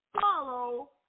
Follow